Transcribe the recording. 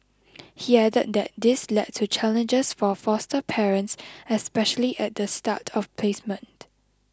he added that this led to challenges for foster parents especially at the start of placement